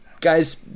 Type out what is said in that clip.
Guys